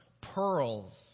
pearls